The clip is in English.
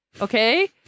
okay